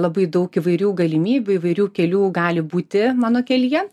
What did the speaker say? labai daug įvairių galimybių įvairių kelių gali būti mano kelyje